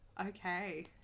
Okay